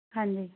ਹਾਂਜੀ